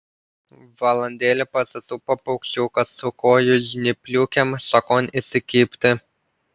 valandėlę pasisupo paukščiukas su kojų žnypliukėm šakon įsikibti